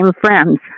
friends